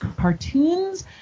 cartoons